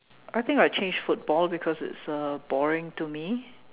I think I change football because it's uh boring to me